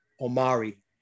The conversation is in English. Omari